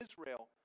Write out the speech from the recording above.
Israel